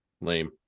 lame